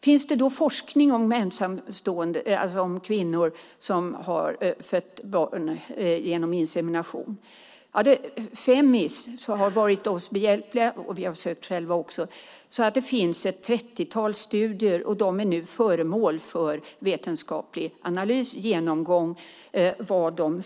Finns det då forskning om kvinnor som har fött barn genom insemination? Femmis har varit oss behjälpliga, och vi har sökt själva också. Det finns ett 30-tal studier, och de är nu föremål för vetenskaplig analys och genomgång.